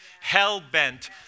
hell-bent